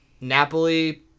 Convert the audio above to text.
napoli